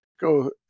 go